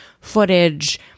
footage